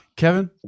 Kevin